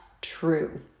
true